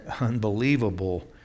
unbelievable